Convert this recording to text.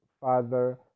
father